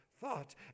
thought